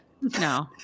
No